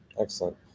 Excellent